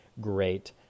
great